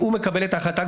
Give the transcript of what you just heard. מקבל את ההחלטה,